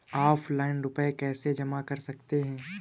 Offline रुपये कैसे जमा कर सकते हैं?